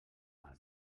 els